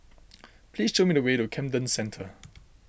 please show me the way to Camden Centre